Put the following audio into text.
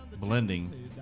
blending